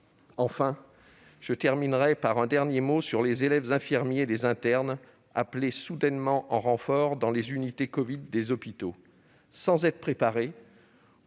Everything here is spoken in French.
? Je conclurai par un dernier mot sur les élèves infirmiers et les internes appelés soudainement en renfort dans les unités covid des hôpitaux. Sans être préparés,